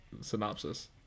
synopsis